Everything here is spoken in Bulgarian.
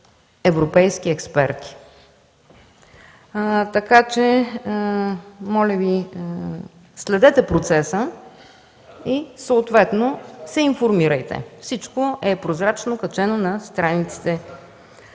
европейски експерти. Така че, моля Ви, следете процеса и съответно се информирайте. Всичко е прозрачно, качено на страниците.